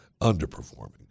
underperforming